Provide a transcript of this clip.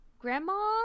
grandma